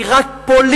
היא רק פוליטית,